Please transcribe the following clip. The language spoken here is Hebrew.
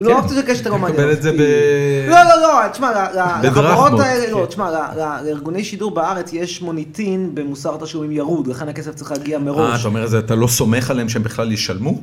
לא, אני רוצה לבקש את הכל מה אני רואה. אני מקבל את זה ב... לא, לא, לא, תשמע, לחברות האלה, תשמע, לארגוני שידור בארץ יש מוניטין במוסר תשלומים ירוד, לכן הכסף צריך להגיע מראש. אה, אתה אומר את זה, אתה לא סומך עליהם שהם בכלל יישלמו?